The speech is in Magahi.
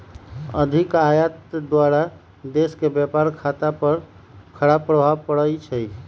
अधिक आयात द्वारा देश के व्यापार खता पर खराप प्रभाव पड़इ छइ